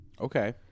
Okay